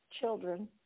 children